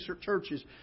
churches